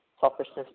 selfishness